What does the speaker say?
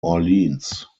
orleans